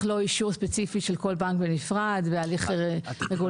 לא אישור ספציפי של כל בנק ונפרד והליך רגולטורי.